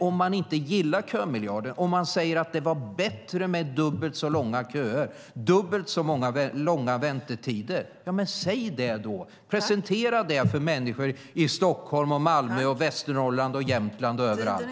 Om man inte gillar kömiljarden utan tycker att det var bättre med dubbelt så långa köer, med dubbelt så långa väntetider, så säg det då! Presentera det för människor i Stockholm och Malmö och Västernorrland och Jämtland och överallt.